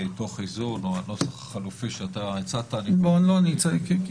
הנוסח החלופי שהצעת -- לא אני הצעתי.